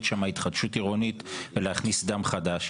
שם התחדשות עירונית ולהכניס דם חדש.